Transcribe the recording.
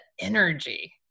energy